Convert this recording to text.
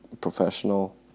professional